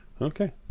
Okay